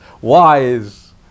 wise